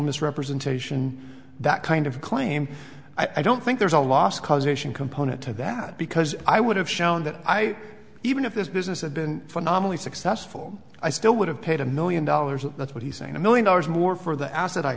misrepresentation that kind of claim i don't think there's a lost cause mission component to that because i would have shown that i even if this business had been phenomenally successful i still would have paid a million dollars and that's what he's saying a million dollars more for the as